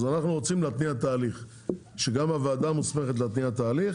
אז אנחנו רוצים להתניע תהליך שגם הוועדה מוסמכת להתניע תהליך